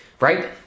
right